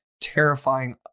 terrifying